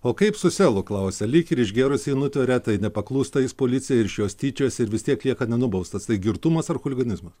o kaip su selu klausia lyg ir išgėrusį nutveria tai nepaklūsta jis policijai ir iš jos tyčiojasi ir vis tiek lieka nenubaustas tai girtumas ar chuliganizmas